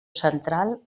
central